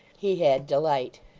he had delight.